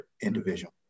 individual